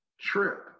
trip